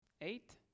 Eight